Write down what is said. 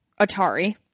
Atari